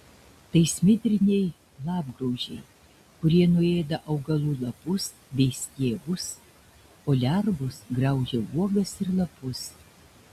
tai smidriniai lapgraužiai kurie nuėda augalų lapus bei stiebus o lervos graužia uogas ir lapus